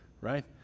right